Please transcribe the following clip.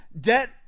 debt